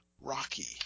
Rocky